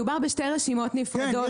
מדובר בשתי רשימות נפרדות.